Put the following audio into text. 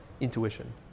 intuition